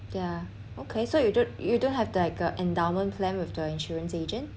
ya okay so you don't you don't have the like a endowment plan with the insurance agent